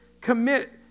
commit